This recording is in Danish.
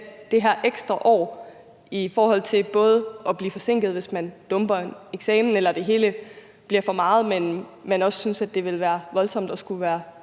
det her ekstra år – i forhold til at blive forsinket, hvis man dumper en eksamen, eller hvis det hele bliver for meget, men man også synes, at det ville være voldsomt at skulle være